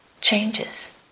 changes